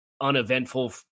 uneventful